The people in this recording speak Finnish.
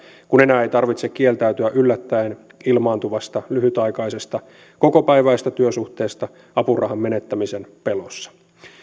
kun enää ei tarvitse kieltäytyä yllättäen ilmaantuvasta lyhytaikaisesta kokopäiväisestä työsuhteesta apurahan menettämisen pelossa